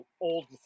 old